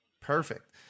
Perfect